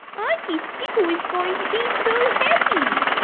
auntie skipper is going to be so happy!